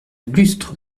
lustre